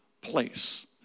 place